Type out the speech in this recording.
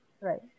right